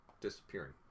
disappearing